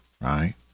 right